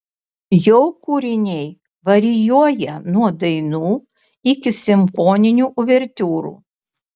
jo kūriniai varijuoja nuo dainų iki simfoninių uvertiūrų